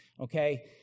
okay